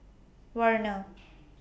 Werner